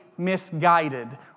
misguided